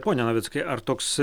pone navickai ar toks